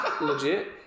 Legit